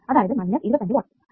അതായത് minus 25 watts